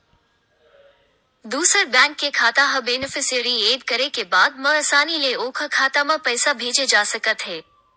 दूसर बेंक के खाता ह बेनिफिसियरी एड करे के बाद म असानी ले ओखर खाता म पइसा भेजे जा सकत हे